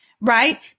right